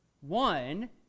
One